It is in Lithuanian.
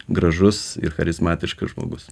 gražus ir charizmatiškas žmogus